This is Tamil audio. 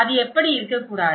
அது அப்படி இருக்கக்கூடாது